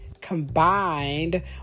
combined